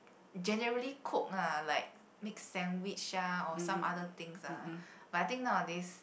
generally cook lah like make sandwich ah or something other things ah but I think nowadays